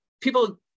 people